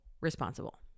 responsible